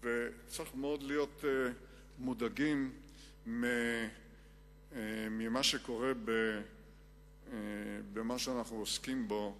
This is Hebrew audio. זה שצריך להיות מודאגים ממה שקורה במה שאנחנו עוסקים בו,